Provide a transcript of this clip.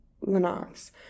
Lenox